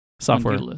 software